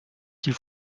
qu’il